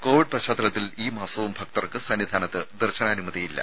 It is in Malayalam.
കോവിഡ് പശ്ചാത്തലത്തിൽ ഈ മാസവും ഭക്തർക്ക് സന്നിധാനത്ത് ദർശനാനുമതി ഇല്ല